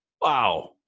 wow